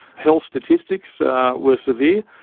health statistics were severe.